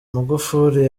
magufuli